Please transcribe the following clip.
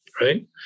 Right